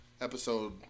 Episode